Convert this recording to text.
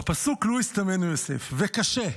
"בפסוק 'לו ישטמנו יוסף' --- וקשה,